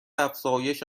افزایش